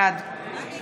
בעד